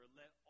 let